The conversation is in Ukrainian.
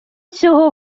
цього